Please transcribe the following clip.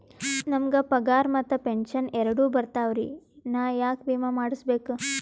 ನಮ್ ಗ ಪಗಾರ ಮತ್ತ ಪೆಂಶನ್ ಎರಡೂ ಬರ್ತಾವರಿ, ನಾ ಯಾಕ ವಿಮಾ ಮಾಡಸ್ಬೇಕ?